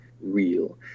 real